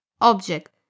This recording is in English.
object